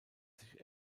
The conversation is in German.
sich